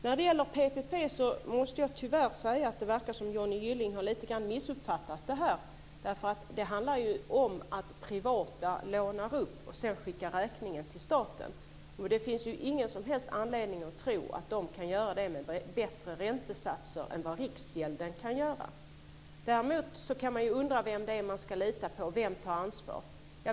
När det gäller PPP måste jag tyvärr säga att det verkar som om Johnny Gylling lite grann har missuppfattat det här. Det handlar ju om att privata lånar upp och sedan skickar räkningen till staten. Det finns ingen som helst anledning att tro att de kan göra det med bättre räntesatser än vad Riksgälden kan göra. Däremot kan man undra vem man ska lita på, vem som tar ansvar.